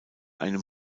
einem